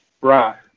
Right